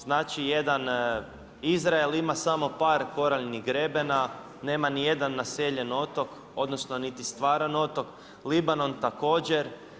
Znači jedan Izrael ima samo par koraljnih grebena, nema ni jedan naseljen otok, odnosno niti stvaran otok, Libanon također.